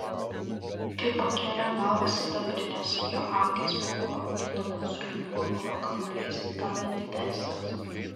kai pakėlė galvą sidabrinės jo akys buvo didumo sulig futbolo kamuoliais gal net didesnės